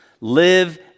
Live